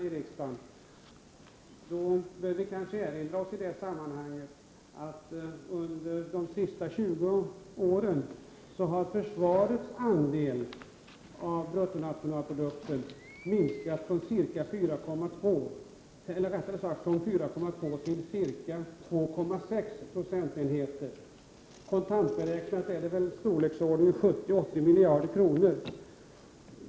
I detta sammanhang bör vi kanske erinra oss att under de senaste 20 åren har försvarets andel av bruttonationalprodukten minskat från 4,2 90 till ca 2,6 70. Kontantberäknat ligger minskningen i storleksordningen 70-80 miljarder kronor.